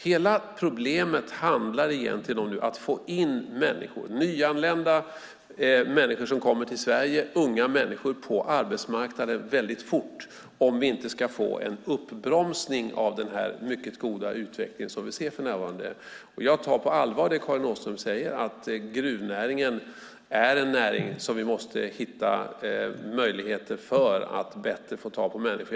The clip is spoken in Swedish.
Hela problemet handlar egentligen om att få in människor, nyanlända människor som kommer till Sverige och unga människor, på arbetsmarknaden väldigt fort, om vi inte ska få en uppbromsning av den mycket goda utveckling som vi ser för närvarande. Jag tar på allvar det Karin Åström säger, att gruvnäringen är en näring där vi måste hitta möjligheter för att bättre få tag på människor.